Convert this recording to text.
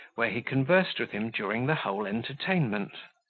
where he conversed with him during the whole entertainment.